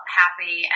happy